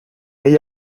hay